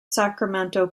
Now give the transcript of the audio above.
sacramento